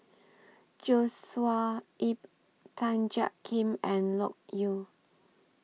Joshua Ip Tan Jiak Kim and Loke Yew